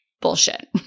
bullshit